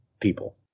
people